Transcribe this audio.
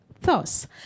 Thus